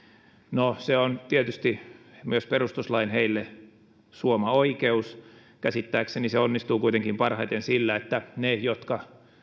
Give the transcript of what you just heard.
no se on tietysti myös perustuslain heille suoma oikeus käsittääkseni se onnistuu kuitenkin parhaiten sillä että ne jotka